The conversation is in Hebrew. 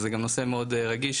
וזה גם נושא מאוד רגיש,